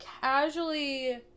casually